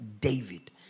David